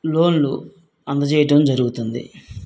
లోన్లు అందజేయటం జరుగుతుంది